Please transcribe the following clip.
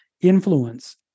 influence